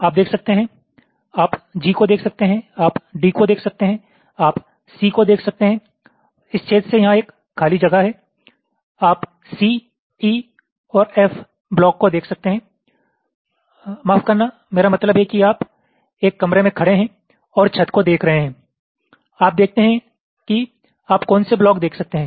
आप देख सकते हैं आप G को देख सकते हैं आप D को देख सकते हैं आप C को देख सकते हैं इस छेद से यहाँ एक खाली जगह है हम C E और F ब्लॉक को देख सकते हैं माफ करना मेरा मतलब है कि आप एक कमरे में खड़े हैं और छत को देख रहे हैं आप देखते हैं कि आप कौन से ब्लॉक देख सकते हैं